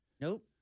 Nope